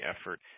effort